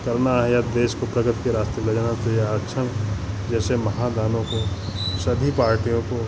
करना है या देश को प्रगति के रास्ते ले जाना चहिए तो आरक्षण जैसे महादानव को सभी पार्टियों को